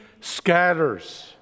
scatters